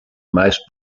meist